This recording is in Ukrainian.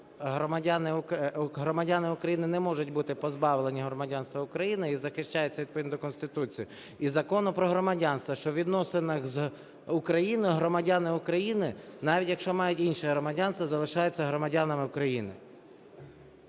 громадяни України не можуть бути позбавлені громадянства України і захищаються відповідно до Конституції і Закону про громадянство, що у відносинах з Україною громадяни України, навіть якщо мають інше громадянство, залишаються громадянами України.